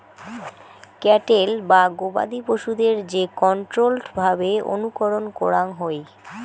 cattle বা গবাদি পশুদের যে কন্ট্রোল্ড ভাবে অনুকরণ করাঙ হই